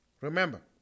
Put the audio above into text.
Remember